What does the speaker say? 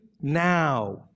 now